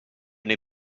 n’ai